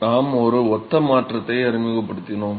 நாம் ஒரு ஒத்த மாற்றத்தை அறிமுகப்படுத்தினோம்